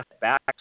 back